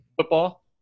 Football